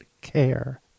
care